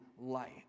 light